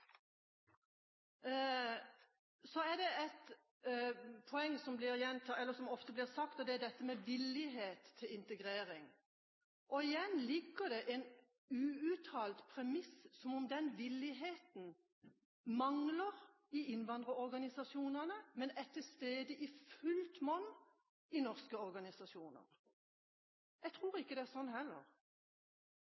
Så er det et poeng som ofte blir nevnt, og det er dette med villighet til integrering. Igjen ligger det en uuttalt premiss, som om den villigheten mangler i innvandrerorganisasjonene, men er til stede i fullt monn i norske organisasjoner. Jeg tror